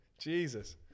Jesus